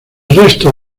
resto